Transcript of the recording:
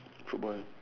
football